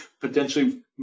potentially